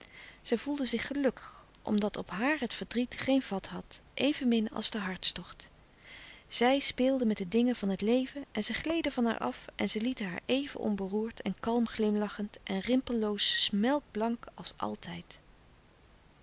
zij voelde zich gelukkig omdat op haar het verdriet geen vat had evenmin als de hartstocht zij speelde met de dingen van het leven en ze gleden van haar af en ze lieten haar even onberoerd en kalm glimlachend en rimpelloos melkblank als altijd